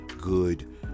good